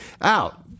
out